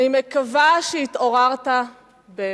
אני מקווה שהתעוררת באמת,